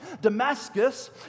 Damascus